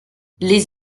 les